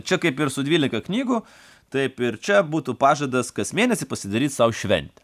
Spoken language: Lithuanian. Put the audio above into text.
čia kaip ir su dvylika knygų taip ir čia būtų pažadas kas mėnesį pasidaryt sau šventę